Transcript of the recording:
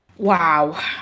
Wow